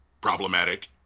problematic